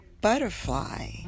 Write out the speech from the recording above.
Butterfly